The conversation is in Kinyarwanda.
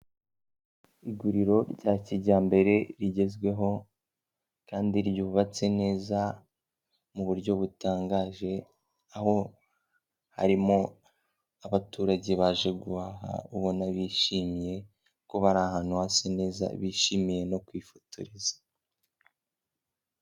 Iguriro rya kijyambere rigezweho kandi ryubatse neza mu buryo butangaje, aho harimo abaturage baje guhaha ubona bishimiye ko bari ahantu hasa neza bishimiye no kwifotoreza.